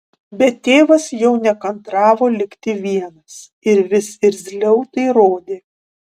bet tėvas jau nekantravo likti vienas ir vis irzliau tai rodė